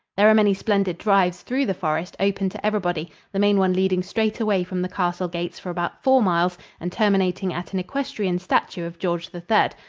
there are many splendid drives through the forest open to everybody, the main one leading straight away from the castle gates for about four miles and terminating at an equestrian statue of george the third,